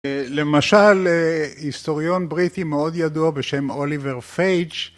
למשל, היסטוריון בריטי מאוד ידוע בשם אוליבר פייג'